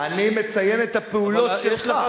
אני מציין את הפעולות שלך.